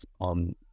on